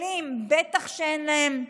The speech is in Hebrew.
כלים בטח אין להם.